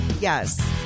yes